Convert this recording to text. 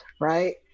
right